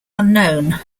unknown